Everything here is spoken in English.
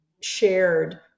shared